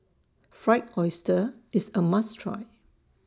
Fried Oyster IS A must Try